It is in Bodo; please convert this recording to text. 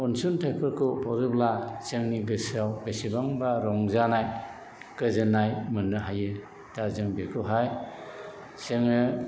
अनसुंथाइफोरखौ हरोब्ला जोंनि गोसोआव बेसेबांबा रंजानाय गोजोननाय मोननो हायो दा जों बेखौहाय जोङो